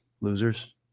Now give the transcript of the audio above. losers